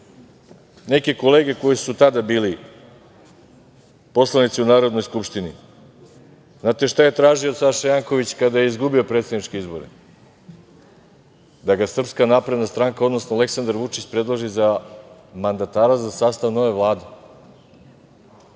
neke kolege koji su tada bili poslanici u Narodnoj skupštini – znate li šta je tražio Saša Janković kada je izgubio predsedničke izbore? Da ga SNS, odnosno Aleksandar Vučić predloži za mandatara za sastav nove Vlade.